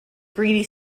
greedy